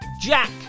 Jack